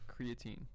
creatine